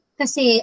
kasi